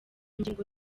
ngingo